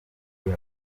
kuri